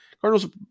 Cardinals